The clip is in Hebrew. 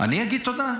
אני אגיד תודה?